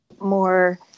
more